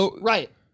Right